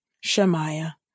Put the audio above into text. Shemaiah